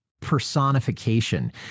personification